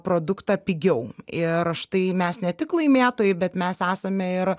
produktą pigiau ir štai mes ne tik laimėtojai bet mes esame ir